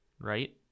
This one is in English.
right